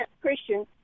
christian